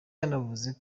yanavuze